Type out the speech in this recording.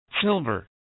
silver